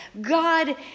God